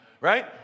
Right